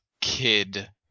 kid